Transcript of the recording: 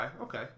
okay